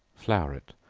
flour it,